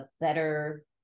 better